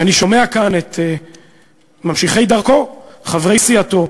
אני שומע כאן את ממשיכי דרכו, חברי סיעתו,